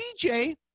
DJ